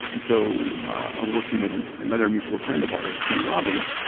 and so i'm working with an another mutual friend of ours, tony robbins